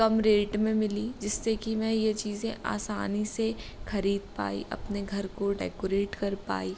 कम rate में मिलीं जिससे कि मैं यह चीज़ें आसानी से खरीद पाई अपने घर को डेकोरेट कर पाई